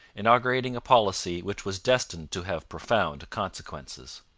inaugurating a policy which was destined to have profound consequences.